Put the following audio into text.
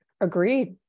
agreed